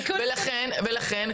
ולכן,